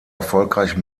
erfolgreich